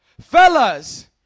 fellas